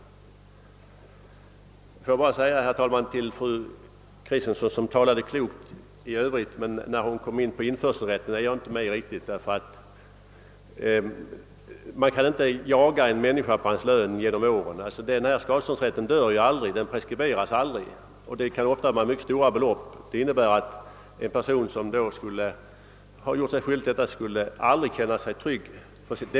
Får jag sedan bara säga, herr talman, till fru Kristensson — hon talade mycket klokt i övrigt, men när hon kom in på införselrätten kan jag inte hålla med henne längre — att man inte kan jaga en människa genom åren med krav på att utfå en viss del av lönen. Denna skadeståndsrätt dör nämligen aldrig, den preskriberas aldrig. Ofta kan det röra 'sig om mycket stora belopp, vilket innebär att en person som gjort sig skyldig till brott som medför betalningsskyldighet aldrig någonsin kan känna sig trygg från krav.